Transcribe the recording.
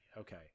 Okay